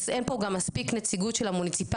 אין פה גם מספיק נציגות של המוניציפלי,